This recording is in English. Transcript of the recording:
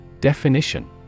Definition